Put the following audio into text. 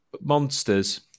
monsters